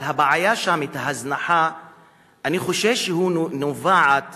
אבל הבעיה שם, ההזנחה, אני חושש שהיא נובעת